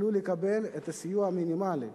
יוכלו לקבל את הסיוע המינימלי.